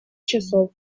часов